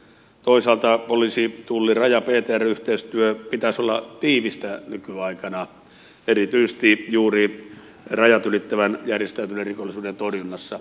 toisaalta poliisin tullin ja rajan ptr yhteistyön pitäisi olla tiivistä nykyaikana erityisesti juuri rajat ylittävän järjestäytyneen rikollisuuden torjunnassa